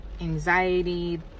anxiety